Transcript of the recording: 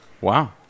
Wow